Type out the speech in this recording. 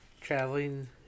Traveling